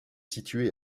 situé